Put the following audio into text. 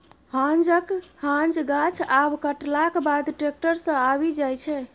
हांजक हांज गाछ आब कटलाक बाद टैक्टर सँ आबि जाइ छै